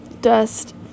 dust